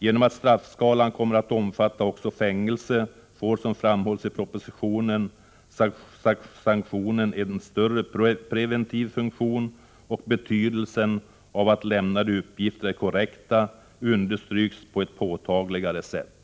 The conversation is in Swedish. Genom att straffskalan kommer att omfatta också fängelse får — som framhålls i propositionen —sanktionen en större preventiv funktion, och betydelsen av att lämnade uppgifter är korrekta understryks på ett påtagligare sätt.